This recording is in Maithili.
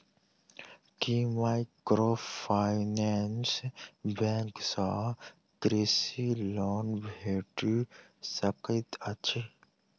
की माइक्रोफाइनेंस बैंक सँ कृषि लोन भेटि सकैत अछि?